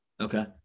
Okay